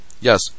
Yes